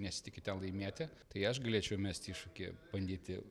nesitiki ten laimėti tai aš galėčiau mesti iššūkį bandyti